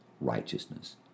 righteousness